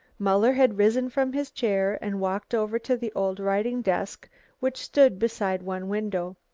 muller had risen from his chair and walked over to the old writing desk which stood beside one window.